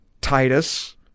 Titus